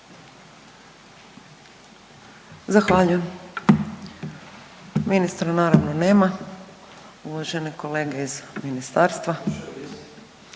Zahvaljujem. Ministra, naravno nema, uvažene kolege iz ministarstva.